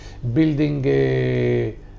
building